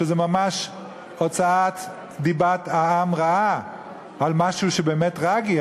שזו ממש הוצאת דיבת העם רעה על משהו שהוא באמת טרגי,